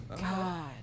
God